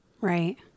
right